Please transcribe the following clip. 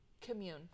commune